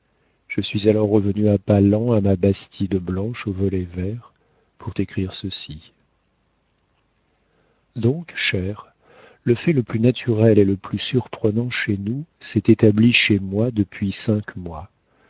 je suis alors revenue à pas lents à ma bastide blanche aux volets verts pour t'écrire ceci donc chère le fait le plus naturel et le plus surprenant chez nous s'est établi chez moi depuis cinq mois